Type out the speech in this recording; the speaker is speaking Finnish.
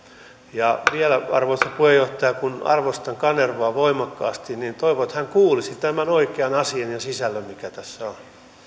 ja vielä arvoisa puheenjohtaja kun arvostan edustaja kanervaa voimakkaasti toivon että hän kuulisi tämän oikean asian ja sisällön mikä tässä on